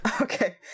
okay